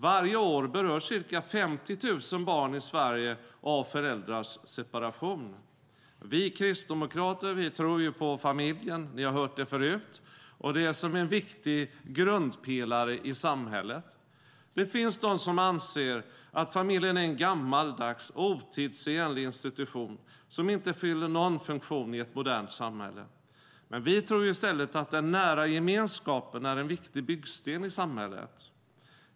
Varje år berörs ca 50 000 barn i Sverige av föräldrars separation. Vi kristdemokrater tror ju på familjen - ni har hört det förut - som en viktig grundpelare i samhället. Det finns de som anser att familjen är en gammaldags, otidsenlig institution som inte fyller någon funktion i ett modernt samhälle. Vi tror i stället att den nära gemenskapen är en viktig byggsten i samhället.